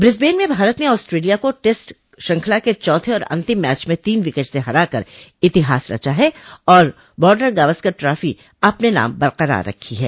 Brisbane में भारत ने Australia को टेस्ट श्रृंखला के चौथे और अंतिम मैच में तीन विकेट से हराकर इतिहास रचा है और बार्डर गावसकर ट्राफी अपने पास बरकरार रखी है